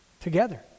Together